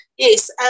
Yes